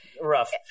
rough